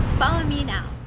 follow me now.